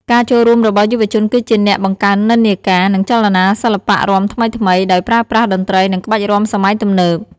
ការចូលរួមរបស់យុវជនគឺជាអ្នកបង្កើតនិន្នាការ និងចលនាសិល្បៈរាំថ្មីៗ ដោយប្រើប្រាស់តន្ត្រី និងក្បាច់រាំសម័យទំនើប។